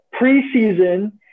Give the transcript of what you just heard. preseason